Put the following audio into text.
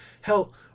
hell